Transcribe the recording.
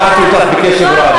אני שמעתי אותך בקשב רב,